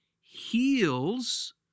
heals